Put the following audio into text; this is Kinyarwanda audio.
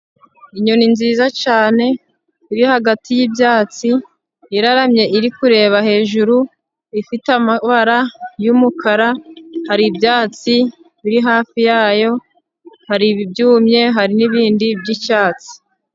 Inyoni nziza cyane iri hagati y'ibyatsi , iraramye iri kureba hejuru ifite amabara y'umukara, hari ibyatsi biri hafi yayo hari ibyumye hari n'ibindi by'icyatsi.